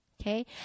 Okay